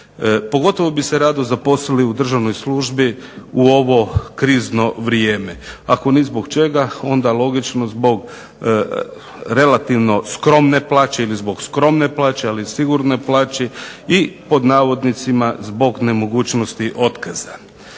Pogotovo bi se rado zaposlili u državnoj službi u ovo krizno vrijeme, ako ni zbog čega onda logično zbog relativno skromne plače ili skromne plaće ali sigurne plaće i "zbog nemogućnosti otkaza".